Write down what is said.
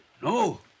No